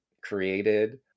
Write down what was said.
created